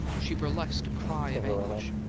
she burlesqued a cry of anguish.